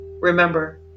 Remember